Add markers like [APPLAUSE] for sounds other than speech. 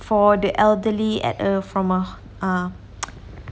for the elderly at err from a uh [NOISE]